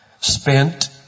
spent